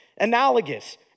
analogous